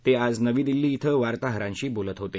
ते आज नवी दिल्ली इथं वार्ताहरांशी बोलत होते